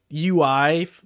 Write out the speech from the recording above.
UI